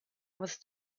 was